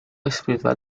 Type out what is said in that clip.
espiritual